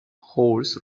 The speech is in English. horse